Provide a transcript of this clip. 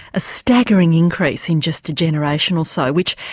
a staggering increase in just a generation or so which,